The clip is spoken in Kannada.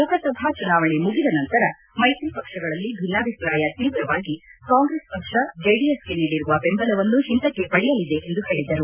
ಲೋಕಸಭಾ ಚುನಾವಣೆ ಮುಗಿದ ನಂತರ ಮೈತ್ರಿ ಪಕ್ಷಗಳಲ್ಲಿ ಭಿನ್ನಾಭಿಪ್ರಾಯ ತೀವ್ರವಾಗಿ ಕಾಂಗ್ರೆಸ್ ಪಕ್ಷ ಜೆಡಿಎಸ್ಗೆ ನೀಡಿರುವ ಬೆಂಬಲವನ್ನು ಹಿಂದಕ್ಕೆ ಪಡೆಯಲಿದೆ ಎಂದು ಹೇಳಿದರು